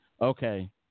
Okay